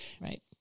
Right